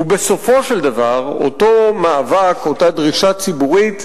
ובסופו של דבר אותו מאבק, אותה דרישה ציבורית,